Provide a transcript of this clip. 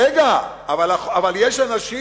רגע, אבל יש אנשים